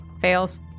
Fails